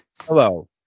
hello